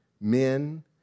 men